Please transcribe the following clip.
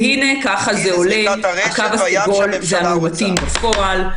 והנה ככה זה עולה, הקו הסגול זה המאומתים בפועל.